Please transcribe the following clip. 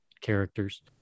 characters